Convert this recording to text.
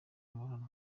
imibonano